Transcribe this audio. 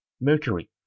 Mercury